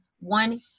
one